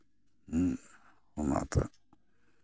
ᱦᱮᱸ ᱚᱱᱟᱛᱮ